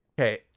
okay